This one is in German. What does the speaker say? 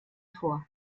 vor